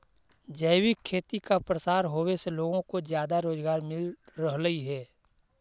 जैविक खेती का प्रसार होवे से लोगों को ज्यादा रोजगार मिल रहलई हे